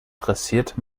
dressiert